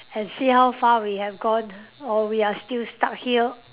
and see how far we have gone or we are still stuck here